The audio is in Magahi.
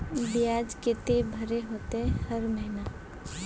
बियाज केते भरे होते हर महीना?